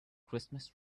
christmas